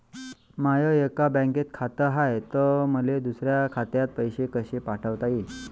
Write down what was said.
माय एका बँकेत खात हाय, त मले दुसऱ्या खात्यात पैसे कसे पाठवता येईन?